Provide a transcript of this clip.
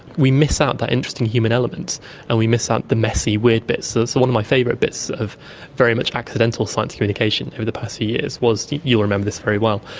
we miss out that interesting human element and we miss out the messy weird bits. so so one of my favourite bits of very much accidental science communication over the past few years was, you'll remember this very well,